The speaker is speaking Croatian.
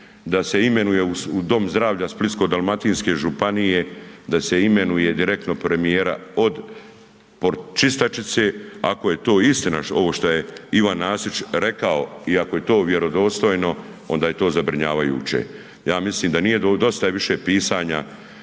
da se imenuje u Dom zdravlja Splitsko-dalmatinske županije da se imenuje direktno premijera od čistačice, ako je to istina ovo šta je Ivan Nasić rekao i ako je to vjerodostojno onda je to zabrinjavajuće. Ja mislim da dostav je više pisanja